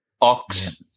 Ox